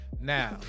Now